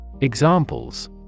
Examples